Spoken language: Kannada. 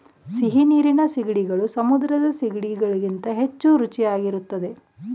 ಸಿಹಿನೀರಿನ ಸೀಗಡಿಗಳು ಸಮುದ್ರದ ಸಿಗಡಿ ಗಳಿಗಿಂತ ಹೆಚ್ಚು ರುಚಿಯಾಗಿರುತ್ತದೆ